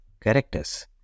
characters